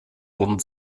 worden